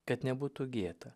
kad nebūtų gėda